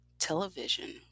Television